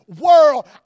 world